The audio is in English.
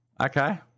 Okay